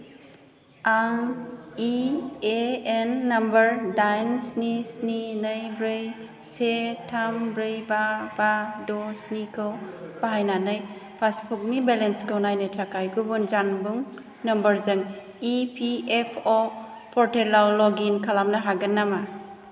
आं E A N number दाइन स्नि स्नि नै ब्रै से थाम ब्रै बा बा द' स्निखौ बाहायनानै पासबुकनि बेलेन्सखौ नायनो थाखाय गुबुन जानबुं नामबारजों इ पि एफ अ परटेलाव लगइन खालामनो हागोन नामा